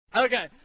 Okay